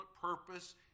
purpose